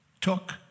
took